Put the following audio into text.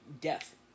death